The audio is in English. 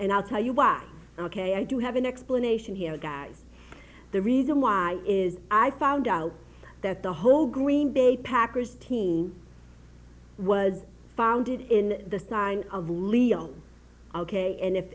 and i'll tell you why ok i do have an explanation here guys the reason why is i found out that the whole green bay packers team was founded in the sign of leo and if